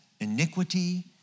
iniquity